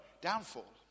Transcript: downfall